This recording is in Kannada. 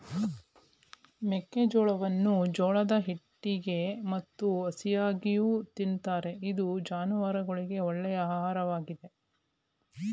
ಮೆಕ್ಕೆಜೋಳವನ್ನು ಜೋಳದ ಹಿಟ್ಟಾಗಿ ಮತ್ತು ಹಸಿಯಾಗಿಯೂ ತಿನ್ನುತ್ತಾರೆ ಇದು ಜಾನುವಾರುಗಳಿಗೆ ಒಳ್ಳೆಯ ಆಹಾರವಾಗಿದೆ